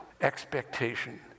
expectation